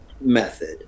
method